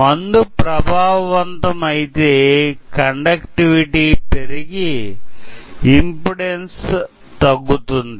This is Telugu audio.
మందు ప్రభావవంతం అయితే కండక్టివిటీ పెరిగి ఇంపెడెన్సు తగ్గుతుంది